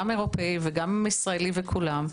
גם אירופאי וגם ישראלי וכולם,